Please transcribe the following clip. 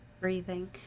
breathing